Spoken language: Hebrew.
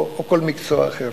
או כל מקצוע אחר.